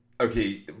okay